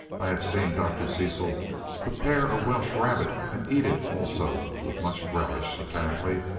i have seen dr. cecil prepare a welsh rabbit and eat it, also, with much relish, apparently.